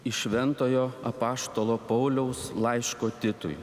iš šventojo apaštalo pauliaus laiško titui